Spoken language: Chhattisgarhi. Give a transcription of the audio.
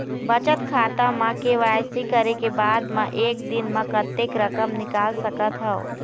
बचत खाता म के.वाई.सी करे के बाद म एक दिन म कतेक रकम निकाल सकत हव?